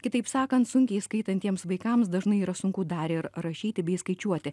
kitaip sakant sunkiai skaitantiems vaikams dažnai yra sunku dar ir rašyti bei skaičiuoti